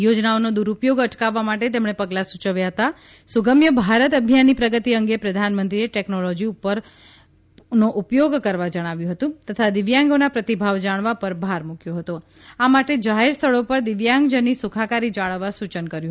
યોજનાનો દુરપયોગ અટકાવવા માટે તેમણે પગલાં સૂચવ્યાં હતાં સુગમ્ય ભારત અભિયાનની પ્રગતિ અંગે પ્રધાનમંત્રીએ ટેકનોલોજીનો ઉપયોગ કરવા જણાવ્યું તથા દિવ્યાંગોના પ્રતિભાવ જાણવા પર ભાર મૂક્યો આ માટે જાહેર સ્થળો પર દિવ્યાંગજનની સુખાકારી જાળવવા સૂચન કર્યું